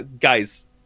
guys